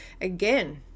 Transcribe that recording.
again